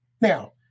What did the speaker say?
Now